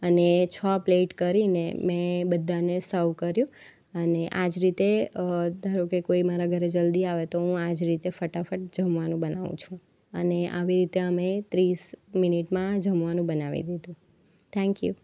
અને છ પ્લેટ કરીને મેં બધાને સર્વ કર્યું અને આ જ રીતે ધારો કે કોઈ મારા ઘરે જલદી આવે તો હું આ જ રીતે ફટાફટ જમવાનું બનાવું છું અને આવી રીતે અમે ત્રીસ મિનિટમાં જમવાનું બનાવી દીધું થેન્ક યુ